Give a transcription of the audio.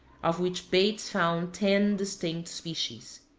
of which bates found ten distinct species.